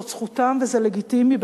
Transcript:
זו זכותם וזה לגיטימי בוודאי.